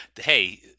hey